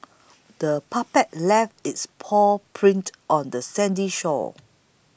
the puppy left its paw prints on the sandy shore